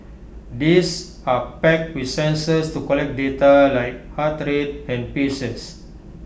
these are packed with sensors to collect data like heart rate and paces